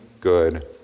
good